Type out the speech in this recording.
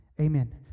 Amen